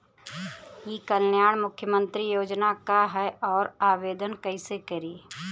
ई कल्याण मुख्यमंत्री योजना का है और आवेदन कईसे करी?